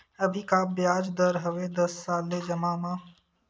अभी का ब्याज दर हवे दस साल ले जमा मा?